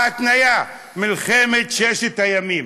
ההתניה: מלחמת ששת הימים.